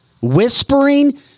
whispering